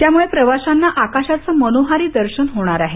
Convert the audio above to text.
त्यामुळे प्रवाशांना आकाशाचं मनोहारी दर्शन होईल